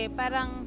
parang